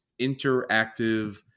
interactive